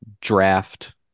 draft